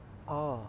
oh